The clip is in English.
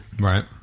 Right